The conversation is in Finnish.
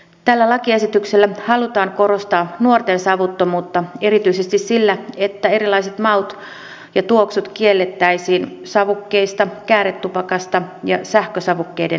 tällä lakiesityksellä halutaan korostaa nuorten savuttomuutta erityisesti sillä että erilaiset maut ja tuoksut kiellettäisiin savukkeista kääretupakasta ja sähkösavukkeiden nesteistä